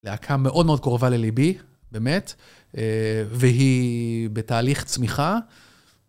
להקה מאוד מאוד קרובה לליבי, באמת, והיא בתהליך צמיחה.